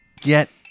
get